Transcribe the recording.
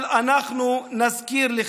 אבל אנחנו נזכיר לך.